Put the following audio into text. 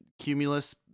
cumulus